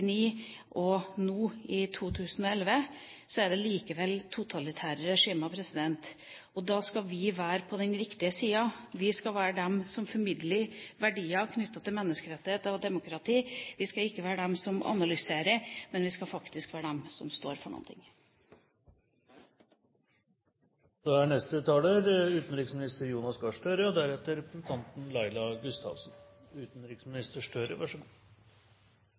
1989 og nå, i 2011, er det likevel totalitære regimer. Og da skal vi være på den riktige siden. Vi skal være de som formidler verdier knyttet til menneskerettigheter og demokrati. Vi skal ikke være de som analyserer, men vi skal faktisk være de som står for noe. Takk for mange gode innlegg og